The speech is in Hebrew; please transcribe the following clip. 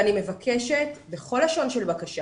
אני מבקשת בכל לשון של בקשה